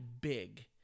big